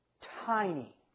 Tiny